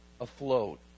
afloat